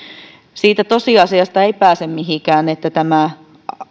siitä tosiasiasta ei pääse mihinkään että tämä